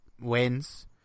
wins